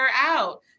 out